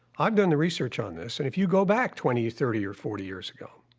i've done the research on this, and if you go back twenty, thirty, or forty years ago,